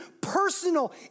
personal